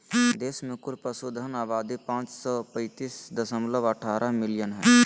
देश में कुल पशुधन आबादी पांच सौ पैतीस दशमलव अठहतर मिलियन हइ